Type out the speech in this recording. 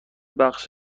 بخش